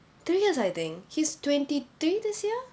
three years I think he's twenty three this year